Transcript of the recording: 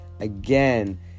Again